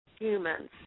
humans